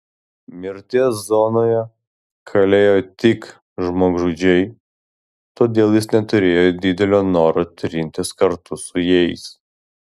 mirties zonoje kalėjo tik žmogžudžiai todėl jis neturėjo didelio noro trintis kartu su jais